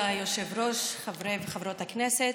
כבוד היושב-ראש, חברי וחברות הכנסת,